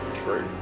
True